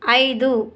ఐదు